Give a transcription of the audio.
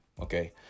okay